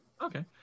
Okay